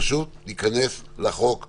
ניכנס לחוק עצמו.